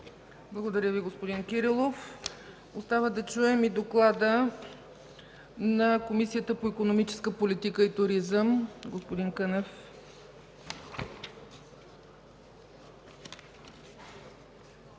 Благодаря Ви, господин Кирилов. Остава да чуем и доклада на Комисията по икономическа политика и туризъм. Господин Кънев.